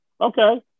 Okay